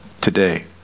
today